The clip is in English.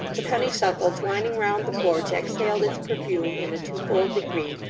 the honeysuckle twining round the porch exhaled its perfume in a twofold degree,